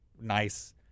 nice –